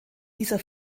dieser